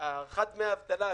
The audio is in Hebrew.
שהארכת דמי אבטלה,